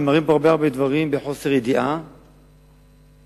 נאמרים פה הרבה דברים מחוסר ידיעה ומתוך